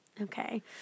Okay